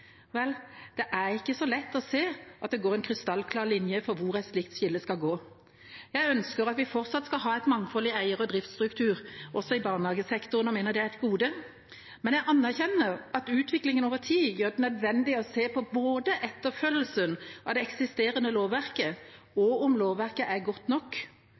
Det er ikke så lett å se at det går en krystallklar linje for hvor et slikt skille skal gå. Jeg ønsker at vi fortsatt skal ha et mangfold i eier- og driftsstruktur også i barnehagesektoren, jeg mener det er et gode, men jeg anerkjenner at utviklingen over tid gjør det nødvendig å se på både etterfølgelsen av det eksisterende lovverket og om lovverket er godt nok.